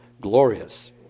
glorious